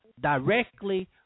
directly